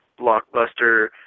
blockbuster